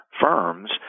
firms